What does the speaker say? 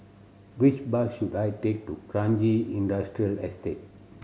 which bus should I take to Kranji Industrial Estate